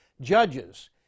judges